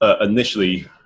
initially